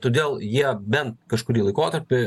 todėl jie bent kažkurį laikotarpį